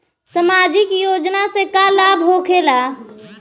समाजिक योजना से का लाभ होखेला?